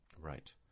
Right